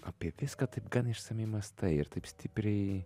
apie viską taip gan išsamiai mąstai ir taip stipriai